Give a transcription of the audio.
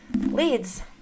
leads